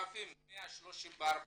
8,134 עולים,